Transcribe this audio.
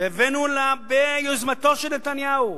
והבאנו לכנסת, ביוזמתו של נתניהו,